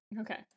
Okay